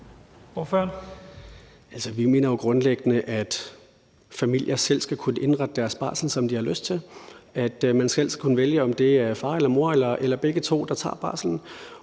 vi mener jo grundlæggende, at familier selv skal kunne indrette deres barsel, som de har lyst til, at man selv skal kunne vælge, om det er far eller mor eller begge to, der tager barslen.